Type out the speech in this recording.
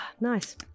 Nice